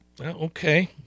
okay